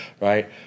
right